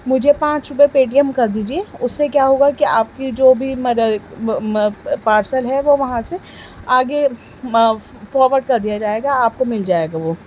مجھے پانچ روپے پے ٹی ایم کر دیجیے اس سے کیا ہوگا کہ آپ کی جو بھی پارسل ہے وہ وہاں سے آگے فارورڈ کر دیا جائے گا آپ کو مل جائے گا وہ